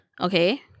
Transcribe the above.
Okay